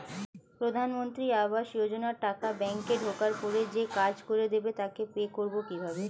প্রধানমন্ত্রী আবাস যোজনার টাকা ব্যাংকে ঢোকার পরে যে কাজ করে দেবে তাকে পে করব কিভাবে?